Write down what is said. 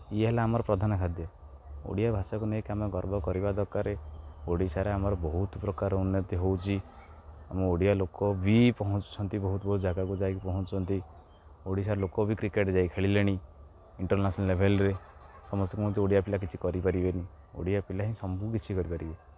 ଇଏ ହେଲା ଆମର ପ୍ରଧାନ ଖାଦ୍ୟ ଓଡ଼ିଆ ଭାଷାକୁ ନେଇକି ଆମେ ଗର୍ବ କରିବା ଦରକାର ଓଡ଼ିଶାରେ ଆମର ବହୁତ ପ୍ରକାର ଉନ୍ନତି ହେଉଛି ଆମ ଓଡ଼ିଆ ଲୋକ ବି ପହଞ୍ଚୁଛନ୍ତି ବହୁତ ବହୁତ ଜାଗାକୁ ଯାଇକି ପହଞ୍ଚୁଛନ୍ତି ଓଡ଼ିଶାର ଲୋକ ବି କ୍ରିକେଟ୍ ଯାଇ ଖେଳିଲେଣି ଇଣ୍ଟର୍ନ୍ୟସ୍ନାଲ୍ ଲେଭେଲ୍ରେ ସମସ୍ତେ କୁହନ୍ତି ଓଡ଼ିଆ ପିଲା କିଛି କରିପାରିବେନି ଓଡ଼ିଆ ପିଲା ହିଁ ସବୁ କିଛି କରିପାରିବେ